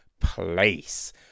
place